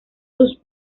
sus